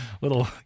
little